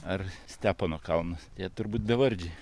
ar stepono kalnas jie turbūt bevardžiai